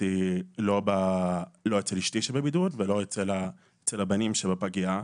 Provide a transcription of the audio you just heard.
אותי אצל אשתי שהיתה בבידוד ולא אצל הבנים שבפגייה.